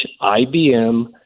IBM